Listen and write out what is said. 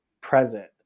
present